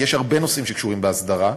כי יש הרבה נושאים שקשורים להסדרה,